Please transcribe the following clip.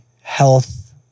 health